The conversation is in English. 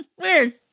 weird